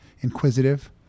inquisitive